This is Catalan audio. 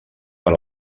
per